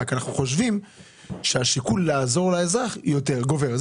רק אנחנו חושבים שהשיקול לעזור לאזרח יותר גובר.